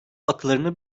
aklarını